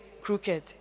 crooked